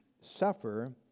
suffer